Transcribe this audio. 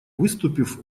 выступив